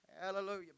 Hallelujah